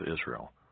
Israel